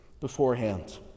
beforehand